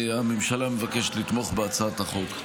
הממשלה מבקשת לתמוך בהצעת החוק.